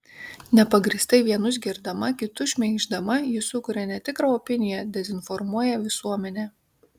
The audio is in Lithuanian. nepagrįstai vienus girdama kitus šmeiždama ji sukuria netikrą opiniją dezinformuoja visuomenę